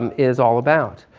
um is all about.